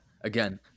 again